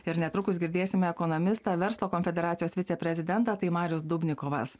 ir netrukus girdėsime ekonomistą verslo konfederacijos viceprezidentą tai marius dubnikovas